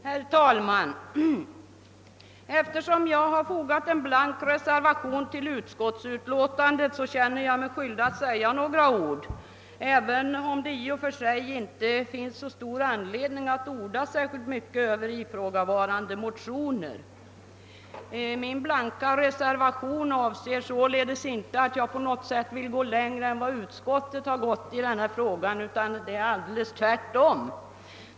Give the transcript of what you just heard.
Herr talman! Eftersom jag har fogat en blank reservation till utskottsutlåtandet känner jag mig skyldig att säga några ord, även om det i och för sig inte finns så stor anledning att orda särskilt mycket om ifrågavarande motioner. Min blanka reservation innebär inte på något sätt att jag vill gå längre än vad utskottet gjort i denna fråga — tvärtom.